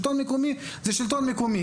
שלטון מקומי זה שלטון מקומי.